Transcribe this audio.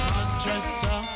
Manchester